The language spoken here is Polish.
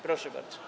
Proszę bardzo.